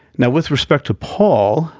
now, with respect to paul,